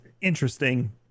interesting